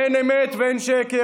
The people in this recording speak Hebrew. אין אמת ואין שקר,